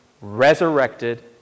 resurrected